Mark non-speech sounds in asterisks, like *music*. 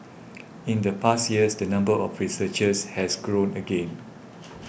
*noise* in the past years the number of researchers has grown again